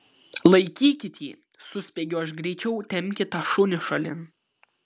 laikykit jį suspiegiu aš greičiau tempkit tą šunį šalin